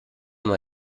mal